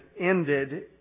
ended